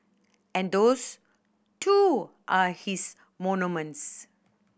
and those too are his monuments